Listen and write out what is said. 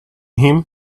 him